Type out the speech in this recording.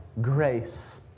grace